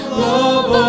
love